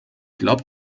glaube